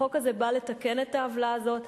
החוק הזה בא לתקן את העוולה הזאת.